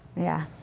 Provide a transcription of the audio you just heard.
yeah.